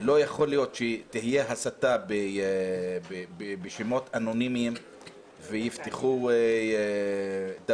לא יכול להיות שתהיה הסתה ברשימות אנונימיות ויפתחו דפים.